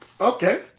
Okay